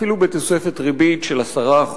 אפילו בתוספת ריבית של 10%,